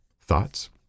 Thoughts